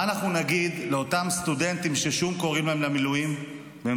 מה אנחנו נגיד לאותם סטודנטים ששוב קוראים להם למילואים והם